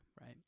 right